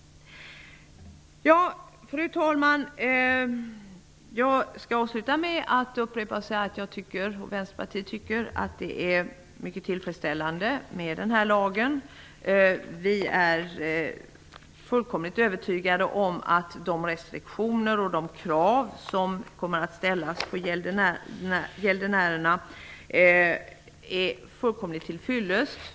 Fru talman! Jag vill avsluta med att jag och Vänsterpartiet anser att den här lagen är mycket tillfredsställande. Vi är fullkomligt övertygade om att de restriktioner och de krav som kommer att ställas på gäldenärerna är till fyllest.